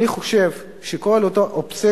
אני חושב שמדובר רק באותה אובססיה,